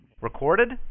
Recorded